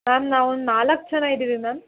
ma'am ನಾವು ನಾಲ್ಕು ಜನ ಇದ್ದೀವಿ ಮ್ಯಾಮ್